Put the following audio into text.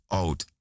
out